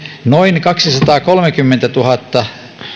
noin kaksisataakolmekymmentätuhatta